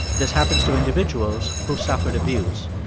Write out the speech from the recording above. this happens to individuals who've suffered abuse.